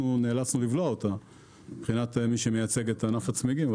נאלצנו לבלוע אותה מבחינת מי שמייצג את ענף הצמיגים.